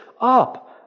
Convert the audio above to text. Up